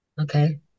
Okay